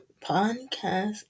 podcast